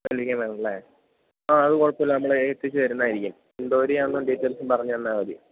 ആ അത് കുഴപ്പമില്ല നമ്മള് എത്തിച്ചുതരുന്നതായിരിക്കും ഇൻക്ലൂഡ് ചെയ്യാനുള്ള ഡീറ്റെയിൽസ് പറഞ്ഞുതന്നാല് മതി